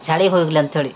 ಚಳಿ ಹೋಗಲಂತೇಳಿ